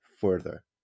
further